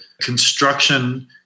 construction